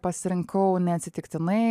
pasirinkau neatsitiktinai